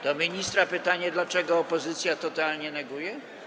Do ministra pytanie, dlaczego opozycja totalnie neguje?